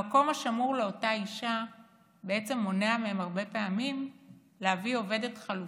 המקום השמור לאותה אישה מונע מהם הרבה פעמים להביא עובדת חלופית,